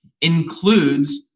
includes